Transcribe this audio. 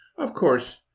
of course,